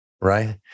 right